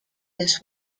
this